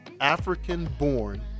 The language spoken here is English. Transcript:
African-born